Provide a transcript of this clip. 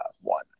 one